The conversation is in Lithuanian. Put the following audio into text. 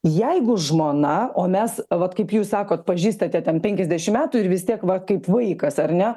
jeigu žmona o mes vat kaip jūs sakot pažįstate ten penkiasdešim metų ir vis tiek va kaip vaikas ar ne